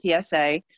PSA